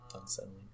unsettling